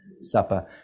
supper